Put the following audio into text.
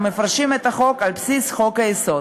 המפרשים את החוק על בסיס חוק-היסוד.